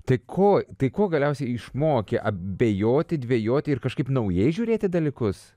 tai ko tai kuo galiausiai išmokė abejoti dvejoti ir kažkaip naujai žiūrėti dalykus